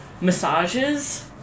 Massages